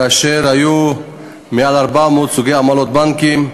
כאשר היו יותר מ-400 סוגי עמלות בנקים,